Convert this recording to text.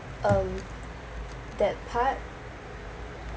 um that part